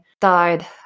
died